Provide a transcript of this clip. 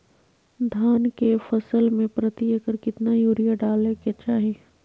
धान के फसल में प्रति एकड़ कितना यूरिया डाले के चाहि?